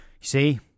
see